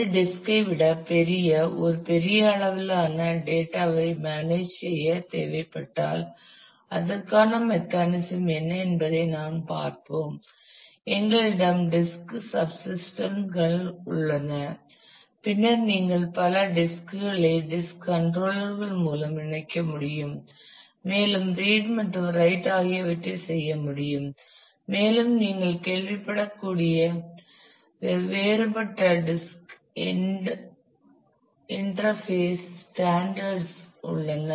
ஒரு டிஸ்க் ஐ விட பெரிய ஒரு பெரிய அளவிலான டேட்டா ஐ மேனேஜ் செய்ய தேவைப்பட்டால் அதற்கான மெக்கானிசம் என்ன என்பதை நாம் பார்ப்போம் எங்களிடம் டிஸ்க் சப்சிஸ்டம் கள் உள்ளன பின்னர் நீங்கள் பல டிஸ்க் களை டிஸ்க் கண்ட்ரோலர்கள் மூலம் இணைக்க முடியும் மேலும் ரீட் மற்றும் ரைட் ஆகியவற்றை செய்ய முடியும் மேலும் நீங்கள் கேள்விப்பட்டிருக்கக்கூடிய வேறுபட்ட டிஸ்க் இன்டர்ஃபேஸ் ஸ்டேன்டட்கள் உள்ளன